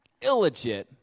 illegit